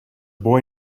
boy